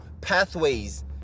pathways